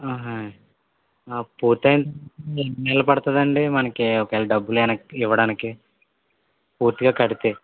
ఆహాయి పూర్తి అయ్యేసరికి ఎన్ని నెల్లు పడుతుందండి మనకి ఒక వేళ డబ్బులు వెనక్కి ఇవ్వడానికి పూర్తిగా కడితే